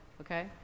okay